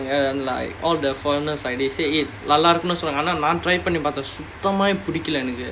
like all the foreigners like they say eh try பண்ணி பார்த்தேன் சுத்தமாவே பிடிக்கல எனக்கு:panni paarthaen suthamaavae pidikkala enakku